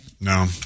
No